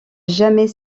jamais